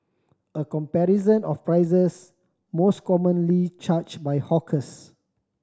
a comparison of prices most commonly charged by hawkers